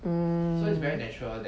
mm